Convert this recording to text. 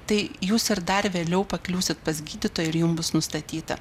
tai jūs ir dar vėliau pakliūsit pas gydytoją ir jum bus nustatyta